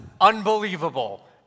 unbelievable